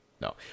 no